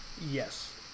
Yes